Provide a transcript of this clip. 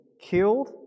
killed